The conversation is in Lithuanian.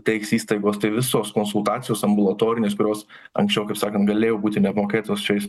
teiks įstaigos tai visos konsultacijos ambulatorinės kurios anksčiau kaip sakant galėjo būti neapmokėtos šiais